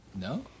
No